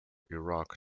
iraq